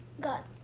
got